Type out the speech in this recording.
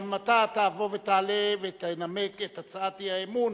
גם אתה תבוא ותעלה ותנמק את הצעת האי-אמון